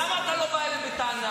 למה אתה לא בא אליהם בטענה?